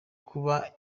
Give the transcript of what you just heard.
kuba